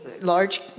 large